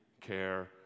care